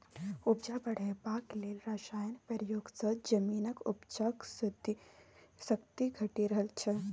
उपजा बढ़ेबाक लेल रासायनक प्रयोग सँ जमीनक उपजाक शक्ति घटि रहल छै